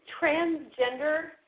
transgender